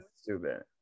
Stupid